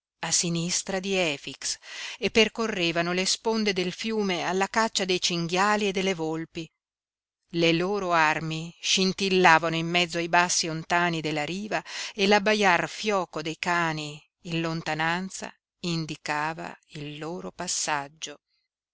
a sinistra di efix e percorrevano le sponde del fiume alla caccia dei cinghiali e delle volpi le loro armi scintillavano in mezzo ai bassi ontani della riva e l'abbaiar fioco dei cani in lontananza indicava il loro passaggio